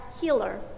Healer